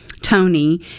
Tony